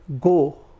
go